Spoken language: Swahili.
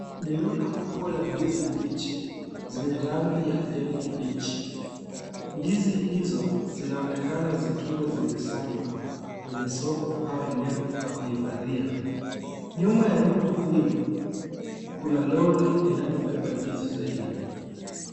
Ni rundo kubwa la ndizi mbichi zenye rangi ya kijani kibichi. Ndizi hizo zinaonekana zikiwa zimesanywa kwenye soko au eneo la kuhifadhia. Nyuma ya rundo hiyo kuna lori linalobeba ndizi zaidi.